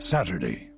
Saturday